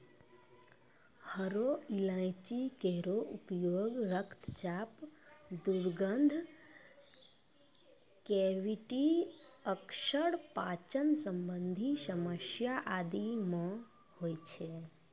हरो इलायची केरो उपयोग रक्तचाप, दुर्गंध, कैविटी अल्सर, पाचन संबंधी समस्या आदि म होय छै